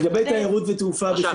לגבי תיירות ותעופה בכלל,